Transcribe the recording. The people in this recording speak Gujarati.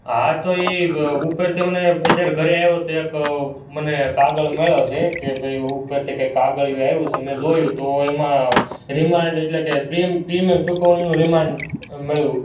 હા તો એ ઉપરથી મને મેં જ્યારે ઘરે આવ્યો તો એક મને કાગળ મળ્યો છે કે ભાઈ ઉપરથી કાંઈક કાગળિયું આવ્યું છે મેં જોયું તો એમાં રિમાન્ડ એટલે કે પ્રીમિયમ ચૂકવણીનું રિમાન્ડ મળ્યું